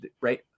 right